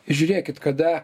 žiūrėkit kada